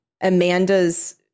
Amanda's